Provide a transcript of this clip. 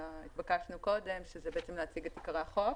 שהתבקשנו להם קודם ונציג את העיקרי החוק,